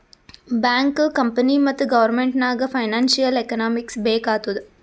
bank, company ಮತ್ತ government ನಾಗ್ financial economics ಬೇಕ್ ಆತ್ತುದ್